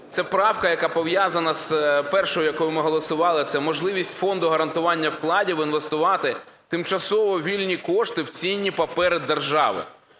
Це правка, яка пов'язана з... перша, яку ми голосували, це можливість Фонду гарантування вкладів інвестувати тимчасово вільні кошти в цінні папери держави.